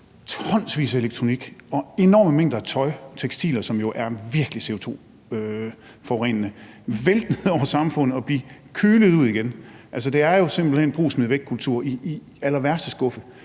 tonsvis af elektronik og enorme mængder af tekstiler, som jo er virkelig CO2-udledende, vælte ind over samfundet og blive kylet ud igen. Det er jo simpelt hen en brug og smid væk-kultur af allerværste skuffe.